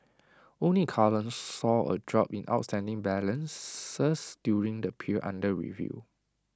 only car loans saw A drop in outstanding balances during the period under review